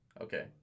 Okay